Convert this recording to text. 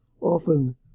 often